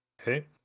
Okay